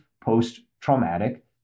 post-traumatic